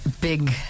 big